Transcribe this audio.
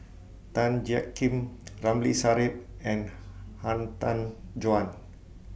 Tan Jiak Kim Ramli Sarip and Han Tan Juan